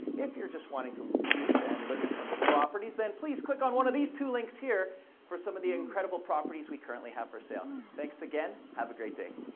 if you're just wanting to snoop and look at some properties, then please click on one of these two links here for some of the incredible properties we currently have for sale. thanks, again. have a great day.